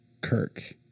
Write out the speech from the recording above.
Kirk